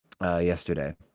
yesterday